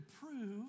prove